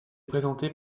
présentée